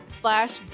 slash